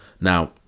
Now